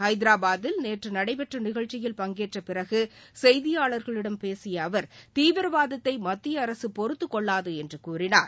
ஹைதராபாதில் நேற்று நடைபெற்ற நிகழ்ச்சியில் பங்கேற்ற பிறகு செய்தியாளர்களிடம் பேசிய அவர் தீவிரவாதத்தை மத்திய அரசு பொறுத்துக் கொள்ளாது என்று கூறினார்